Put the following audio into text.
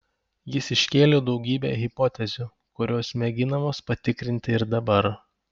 jis iškėlė daugybę hipotezių kurios mėginamos patikrinti ir dabar